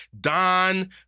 Don